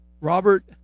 Robert